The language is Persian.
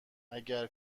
اگر